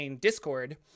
discord